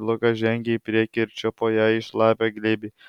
lukas žengė į priekį ir čiupo ją į šlapią glėbį